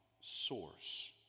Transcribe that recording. source